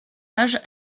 âge